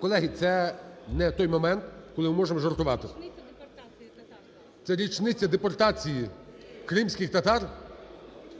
Колеги, це не той момент, коли ми можемо жартувати. Це річниця депортації кримських татар.